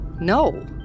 No